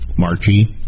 Marchi